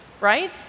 right